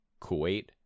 Kuwait